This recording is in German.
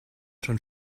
schon